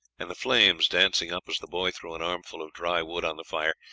and the flames, dancing up as the boy threw an armful of dry wood on the fire,